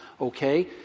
Okay